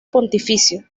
pontificio